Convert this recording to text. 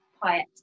quiet